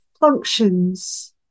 functions